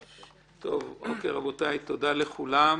רבותי, תודה לכולם.